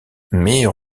mais